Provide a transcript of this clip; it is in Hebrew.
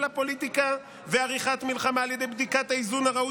הפוליטיקה ועריכת מלחמה על ידי בדיקת האיזון הראוי